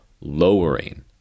Lowering